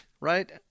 right